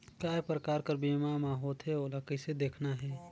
काय प्रकार कर बीमा मा होथे? ओला कइसे देखना है?